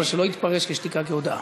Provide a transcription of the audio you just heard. אבל שלא תתפרש שתיקה כהודאה.